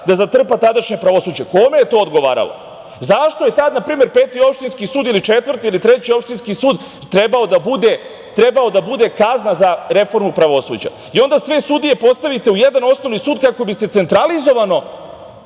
da zatrpa tadašnje pravosuđe? Kome je to odgovaralo? Zašto je tada, na primer, Peti opštinski sud ili Četvrti, ili Treći opštinski sud trebao da bude kazna za reformu pravosuđa i onda sve sudije postavite u jedan osnovni sud kako biste centralizovano